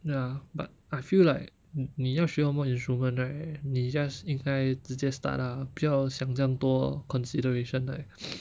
ya but I feel like 你你要学什么 instrument right 你 just 应该直接 start ah 不要想这样多 consideration like